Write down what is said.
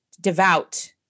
devout